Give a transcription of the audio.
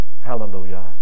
Hallelujah